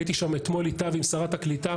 הייתי שם אתמול איתה ועם שרת הקליטה.